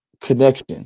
connection